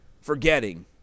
forgetting